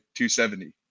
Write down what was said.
270